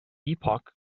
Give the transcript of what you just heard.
epoch